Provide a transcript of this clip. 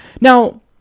Now